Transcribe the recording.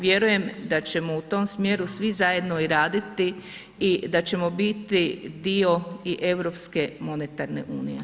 Vjerujem da ćemo u tom smjeru svi zajedno i raditi i da ćemo biti dio i europske monetarne unije.